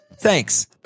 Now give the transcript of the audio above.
Thanks